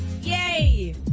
yay